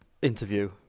interview